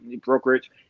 brokerage